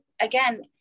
again